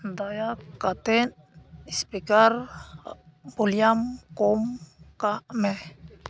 ᱫᱟᱭᱟ ᱠᱟᱛᱮ ᱥᱯᱤᱠᱟᱨ ᱵᱷᱩᱞᱤᱭᱟᱢ ᱠᱚᱢ ᱠᱟᱜ ᱢᱮ